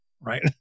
right